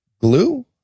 Glue